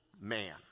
man